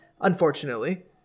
unfortunately